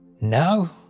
Now